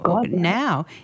now